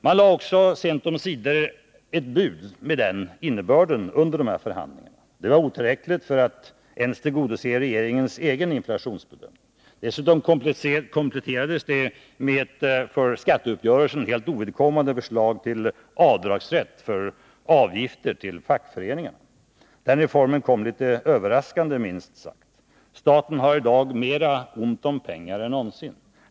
Man lade också sent omsider fram ett bud med den innebörden under förhandlingarna. Det var otillräckligt för att ens tillgodose regeringens egen inflationsbedömning. Dessutom kompletterades det med ett för skatteuppgörelsen helt ovidkommande förslag till avdragsrätt för avgifter till fackföreningarna. Den reformen kom litet överraskande, minst sagt. Staten har i dag mer ont om pengar än någonsin.